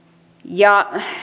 ja